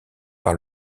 par